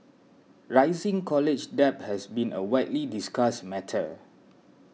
rising college debt has been a widely discussed matter